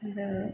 அந்த